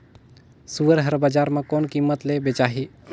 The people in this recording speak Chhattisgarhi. सुअर हर बजार मां कोन कीमत ले बेचाही?